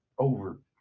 Over